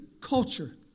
culture